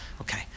okay